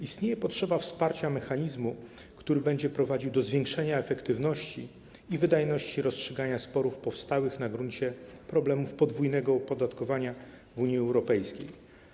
Istnieje potrzeba wsparcia mechanizmu, który będzie prowadził do zwiększenia efektywności i wydajności rozstrzygania sporów powstałych na gruncie problemów podwójnego opodatkowania w Unii Europejskiej.